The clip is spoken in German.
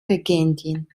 regentin